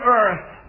earth